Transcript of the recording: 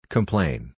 Complain